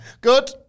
Good